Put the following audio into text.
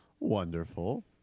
Wonderful